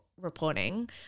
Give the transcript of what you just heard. reporting